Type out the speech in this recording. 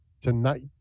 tonight